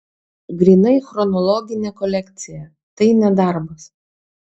grynai chronologinė kolekcija tai ne darbas